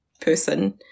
person